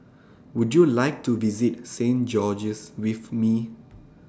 Would YOU like to visit Saint George's with Me